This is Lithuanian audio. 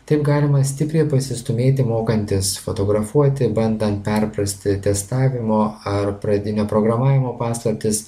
taip galima stipriai pasistūmėti mokantis fotografuoti bandant perprasti testavimo ar pradinio programavimo paslaptis